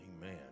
Amen